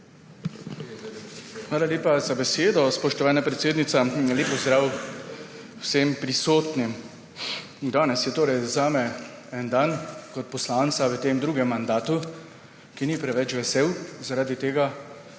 Hvala lepa za besedo, spoštovana predsednica. Lep pozdrav vsem prisotnim! Danes je zame kot poslanca en dan v drugem mandatu, ki ni preveč vesel, zaradi tega